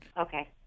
Okay